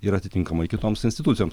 ir atitinkamai kitoms institucijoms